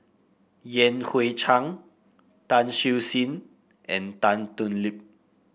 Yan Hui Chang Tan Siew Sin and Tan Thoon Lip